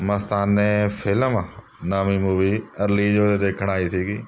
ਮਸਤਾਨੇ film ਨਾਮੀ movie release ਹੋਈ ਦੇਖਣ ਆਈ ਸੀਗੀ